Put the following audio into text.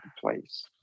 place